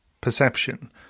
perception